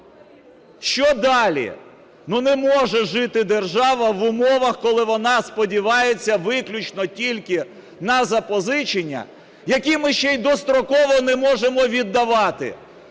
Що далі? Ну, не може жити держава в умовах, коли вона сподівається виключно тільки на запозичення, які ми ще й достроково не можемо віддавати,